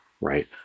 Right